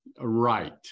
Right